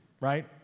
right